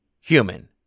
human